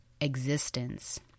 existence